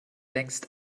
längst